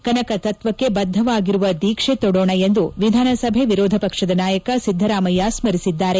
ಕನಕ ತತ್ತಕ್ಷೆ ಬದ್ದವಾಗಿರುವ ದೀಕ್ಷೆ ತೋಡೋಣ ಎಂದು ವಿಧಾನಸಭೆ ವಿರೋಧ ಪಕ್ಷದ ನಾಯಕ ಸಿದ್ದರಾಮಯ್ಯ ಸ್ಮರಿಸಿದ್ದಾರೆ